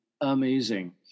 amazing